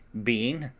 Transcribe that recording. being,